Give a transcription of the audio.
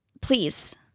please